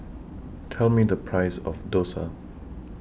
Tell Me The Price of Dosa